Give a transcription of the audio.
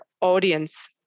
audience